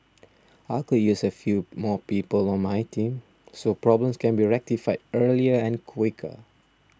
I could use a few more people on my team so problems can be rectified earlier and quicker